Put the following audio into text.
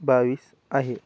बावीस आहे